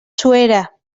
suera